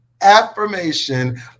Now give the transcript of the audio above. affirmation